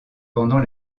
pendant